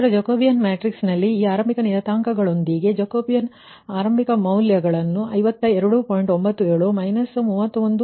ನಂತರ ಜಾಕೋಬಿಯನ್ ಮ್ಯಾಟ್ರಿಕ್ಸ್ನಲ್ಲಿ ಈ ಆರಂಭಿಕ ನಿಯತಾಂಕಗಳೊಂದಿಗೆ ಜಾಕೋಬಿಯನ್ ಮ್ಯಾಟ್ರಿಕ್ಸ್ನ ಜಾಕೋಬಿಯನ್ ಅಂಶಗಳ ಆರಂಭಿಕ ಮೌಲ್ಯಗಳು 52